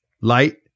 Light